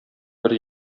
бер